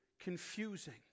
confusing